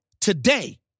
today